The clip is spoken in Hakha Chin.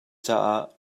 caah